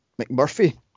mcmurphy